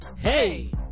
Hey